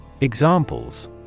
Examples